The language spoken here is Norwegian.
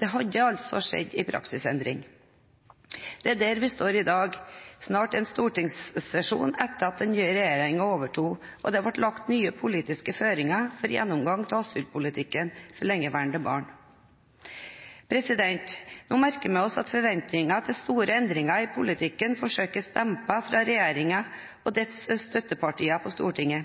Det hadde altså skjedd en praksisendring. Der står vi i dag, snart en stortingssesjon etter at den nye regjeringen overtok, og det ble lagt nye politiske føringer for gjennomgang av asylpolitikken for lengeværende barn. Nå merker vi oss at forventningene til store endringer i politikken forsøkes dempes fra regjeringen og dens støttepartier på Stortinget.